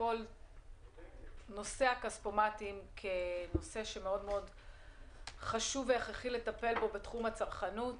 כל נושא הכספומטים כנושא שמאוד חשוב והכרחי לטפל בו בתחום הצרכנות.